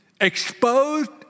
exposed